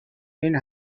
این